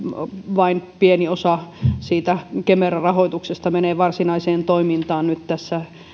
vain pieni osa siitä kemera rahoituksesta menee varsinaiseen toimintaan nyt tässä